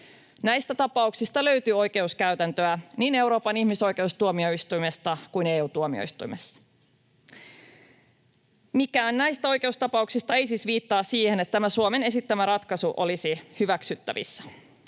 Näistä tapauksista löytyy oikeuskäytäntöä niin Euroopan ihmisoikeustuomioistuimesta kuin EU-tuomioistuimesta. Mikään näistä oikeustapauksista ei siis viittaa siihen, että tämä Suomen esittämä ratkaisu olisi hyväksyttävissä.